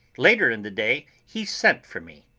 later in the day he sent for me.